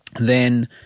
Then-